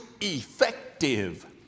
effective